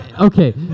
Okay